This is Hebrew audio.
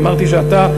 אמרתי שאתה,